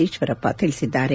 ಈಶ್ವರಪ್ಪ ತಿಳಿಸಿದ್ದಾರೆ